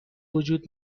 وجود